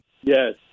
Yes